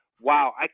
wow